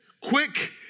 quick